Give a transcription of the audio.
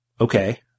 Okay